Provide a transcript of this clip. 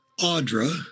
Audra